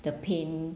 the pain